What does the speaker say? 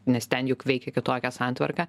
nes ten juk veikia kitokia santvarka